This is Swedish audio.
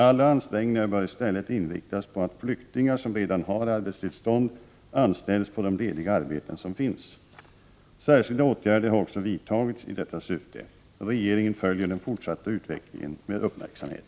Alla ansträngningar bör i stället inriktas på att flyktingar som redan har arbetstillstånd anställs på de lediga arbeten som finns. Särskilda åtgärder har också vidtagits i detta syfte. Regeringen följer den fortsatta utvecklingen med uppmärksamhet.